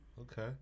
Okay